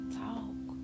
talk